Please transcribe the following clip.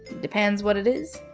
depends what it is.